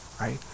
right